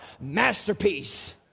masterpiece